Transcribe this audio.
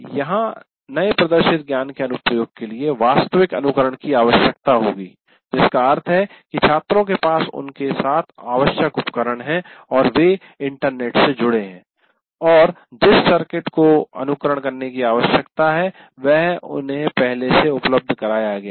यहां नए प्रदर्शित ज्ञान के अनुप्रयोग के लिए वास्तविक अनुकरण की आवश्यकता होगी जिसका अर्थ है कि छात्रों के पास उनके साथ आवश्यक उपकरण हैं और वे इंटरनेट से जुड़े हुए हैं और जिस सर्किट को अनुकरण करने की आवश्यकता है वह उन्हें पहले से ही उपलब्ध कराया गया है